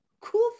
cool